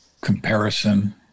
comparison